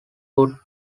would